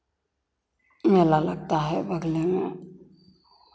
मेला लगता है बगले में